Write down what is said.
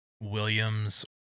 Williams